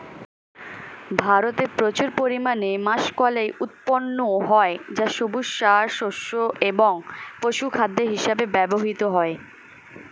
ভারতে প্রচুর পরিমাণে মাষকলাই উৎপন্ন হয় যা সবুজ সার, শস্য এবং পশুখাদ্য হিসেবে ব্যবহৃত হয়